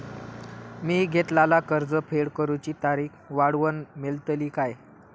मी घेतलाला कर्ज फेड करूची तारिक वाढवन मेलतली काय?